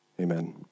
Amen